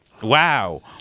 wow